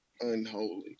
unholy